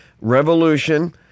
revolution